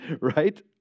Right